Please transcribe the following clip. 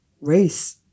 race